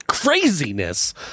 craziness